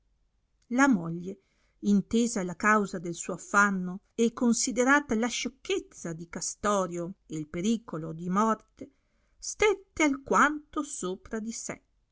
la moglie intesa la causa del suo affanno e considerata la sciocchezza di castorio e il pericolo di morte stette alquanto sopra di sé